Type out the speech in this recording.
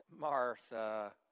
Martha